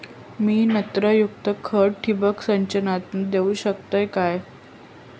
मी नत्रयुक्त खता ठिबक सिंचनातना देऊ शकतय काय?